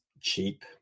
cheap